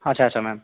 ଆଚ୍ଛା ଆଚ୍ଛା ମ୍ୟାମ